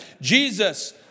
Jesus